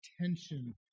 tension